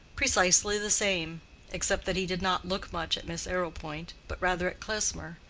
precisely the same except that he did not look much at miss arrowpoint, but rather at klesmer,